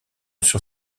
sur